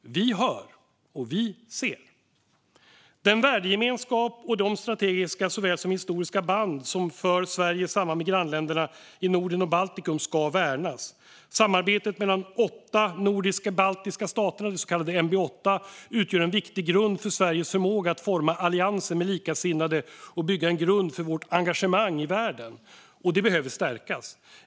Vi hör, och vi ser. Den värdegemenskap och de strategiska såväl som historiska band som för Sverige samman med grannländerna i Norden och Baltikum ska värnas. Samarbetet mellan de åtta nordisk-baltiska staterna, de så kallade NB8, utgör en viktig grund för Sveriges förmåga att forma allianser med likasinnade och bygga en grund för vårt engagemang i världen, och det behöver stärkas.